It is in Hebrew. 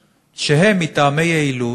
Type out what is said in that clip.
שהם, מטעמי יעילות,